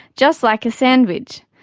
just like a sandwich.